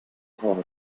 korb